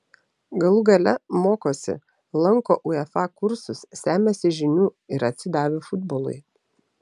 galų gale mokosi lanko uefa kursus semiasi žinių yra atsidavę futbolui